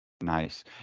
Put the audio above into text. nice